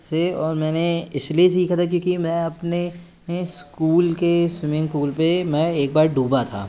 से और मैंने इसलिए सीखा था क्योंकि मैं अपने इस्कूल के स्वीमिंग पूल पे मैं एक बार डूबा था